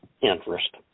interest